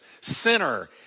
sinner